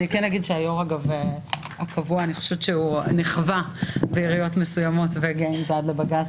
אני חושבת שהיו"ר הקבוע נכווה בעיריות מסוימות והגיע עם זה עד לבג"ץ,